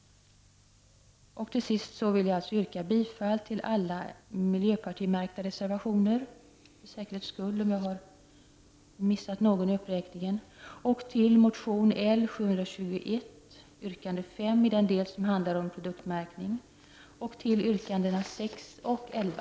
Till sist vill jag yrka bifall till alla miljöpartimärkta reservationer, för säkerhets skull, om jag har missat någon vid uppräkningen, och till motion L721, yrkande 5 i den del som handlar om produktmärkning samt till yrkandena 6 och 11.